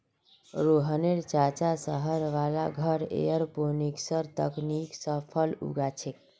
रोहनेर चाचा शहर वाला घरत एयरोपोनिक्स तकनीक स फल उगा छेक